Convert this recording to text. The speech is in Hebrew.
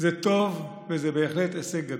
זה טוב וזה בהחלט הישג גדול.